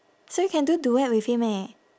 so you can do duet with him eh